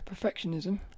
perfectionism